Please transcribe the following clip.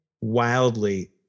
wildly